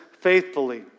faithfully